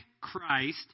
Christ